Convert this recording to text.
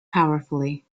powerfully